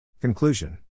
Conclusion